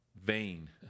vain